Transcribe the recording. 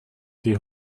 die